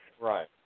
Right